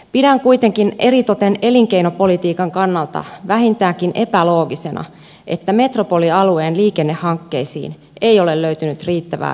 pidän kuitenkin eritoten elinkeinopolitiikan kannalta vähintäänkin epäloogisena että metropolialueen liikennehankkeisiin ei ole löytynyt riittävää ymmärrystä